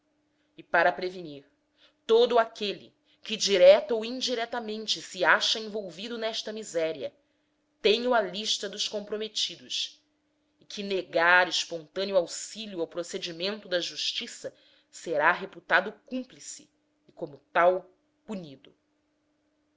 e para prevenir todo aquele que direta ou indiretamente se acha envolvido nesta miséria tenho a lista dos comprometidos e que negar espontâneo auxilio ao procedimento da justiça será reputado cúmplice e como tal punido